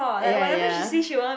ah ya ya